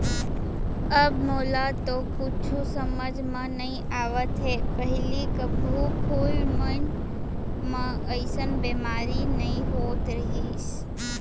अब मोला तो कुछु समझ म नइ आवत हे, पहिली कभू फूल मन म अइसन बेमारी नइ होत रहिस